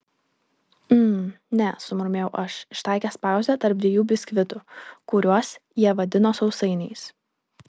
mm ne sumurmėjau aš ištaikęs pauzę tarp dviejų biskvitų kuriuos jie vadino sausainiais